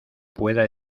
pueda